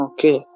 Okay